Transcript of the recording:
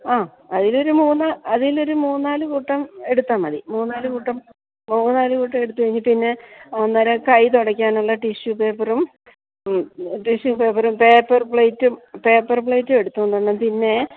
ആ അതിൽ ഒരു മൂന്ന് അതിൽ ഒരു മൂന്ന് നാല് കൂട്ടം എടുത്താൽ മതി മൂന്ന് നാല് കൂട്ടം മൂന്ന് നാല് കൂട്ടം എടുത്തു കഴിഞ്ഞിട്ട് പിന്നെ അന്നേരം കൈ തുടയ്ക്കാനുള്ള ടിഷ്യു പേപ്പറും ടിഷ്യു പേപ്പറും പേപ്പർ പ്ലേറ്റും പേപ്പർ പ്ലേറ്റും എടുത്തു കൊണ്ട് വരണം പിന്നെ